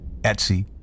Etsy